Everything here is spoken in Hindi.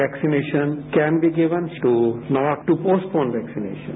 vaccination can be given store not to postpone vaccination